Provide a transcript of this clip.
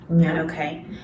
Okay